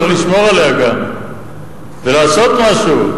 צריך לשמור עליה גם ולעשות משהו.